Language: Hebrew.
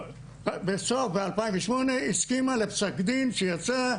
בסוף ב-2008, הסכימה לפסק דין שיצא,